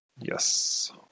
yes